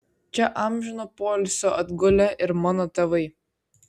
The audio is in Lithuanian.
čia amžino poilsio atgulę ir mano tėvai